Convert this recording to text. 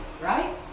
right